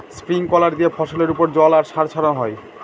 sprinkler দিয়ে ফসলের ওপর জল আর সার ছড়ানো হয়